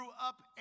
up